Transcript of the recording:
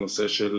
אסכם.